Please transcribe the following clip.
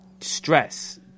stress